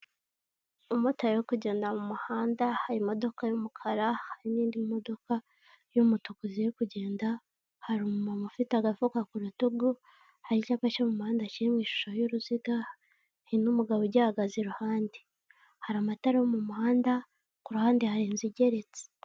Umumotari uri kugenda mu muhanda, hari imodoka y'umukara, hari n'indi modoka y'umutuku ziri kugenda, hari umumama ufite agafuka ku rutugu, hari icyapa cyo mu muhanda kiri mu ishusho y'uruziga, hari n'u umugabo ugihagaze iruhande, hari amatara yo mu muhanda, ku ruhande hari inzu igeretse.